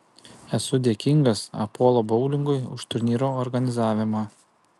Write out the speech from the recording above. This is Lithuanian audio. esu dėkingas apollo boulingui už turnyro organizavimą